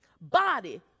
Body